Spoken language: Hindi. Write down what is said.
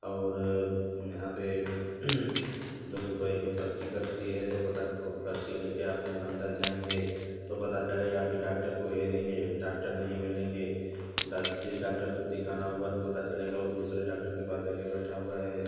और यहाँ पर दो रुपये की पर्ची कटती है तो पता पर्ची ले के आप अंदर जाएंगे तो पता चलेगा कि डाक्टर कोई है रहेंगे डाक्टर नहीं मिलेंगे डाक जिस डाक्टर को दिखाना हुआ तो पता चलेगा वो दूसरे डाक्टर के पास जा के बैठा हुआ है